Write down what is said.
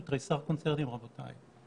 זאת אומרת שהיה אפשר אחרת פתאום אנחנו